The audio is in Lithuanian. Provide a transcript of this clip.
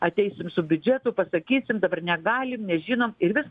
ateisim su biudžetu pasakysim dabar negalim nežinom ir vis